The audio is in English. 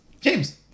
James